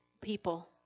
people